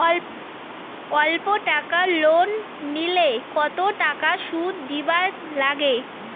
অল্প টাকা লোন নিলে কতো টাকা শুধ দিবার লাগে?